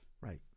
right